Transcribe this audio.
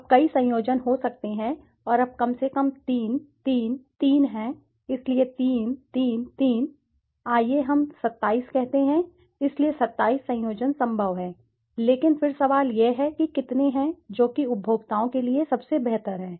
अब कई संयोजन हो सकते हैं और अब कम से कम 3 3 3 हैं इसलिए 3 3 3 हैं आइए हम 27 कहते हैं इसलिए 27 संयोजन संभव हैं लेकिन फिर सवाल यह है कि कितने हैं जो कि उपभोक्ताओं के लिए सबसे बेहतर है